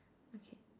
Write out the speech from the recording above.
okay